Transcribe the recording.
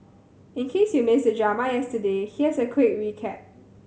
in case you missed the drama yesterday here's a quick recap